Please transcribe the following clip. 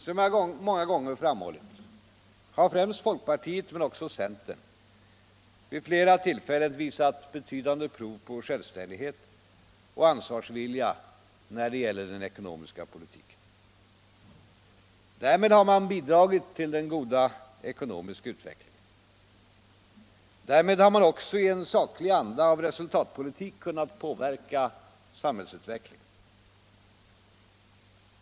Som jag många gånger framhållit har främst folkpartiet men också centern vid flera tillfällen visat betydande prov på självständighet och ansvarsvilja när det gäller den ekonomiska politiken. Därmed har man bidragit till den goda ekonomiska utvecklingen. Därmed har man också i en saklig anda av resultatpolitik kunnat påverka samhällsutvecklingen.